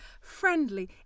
friendly